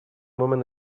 woman